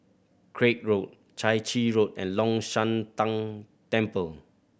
Craig Road Chai Chee Road and Long Shan Tang Temple